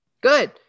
Good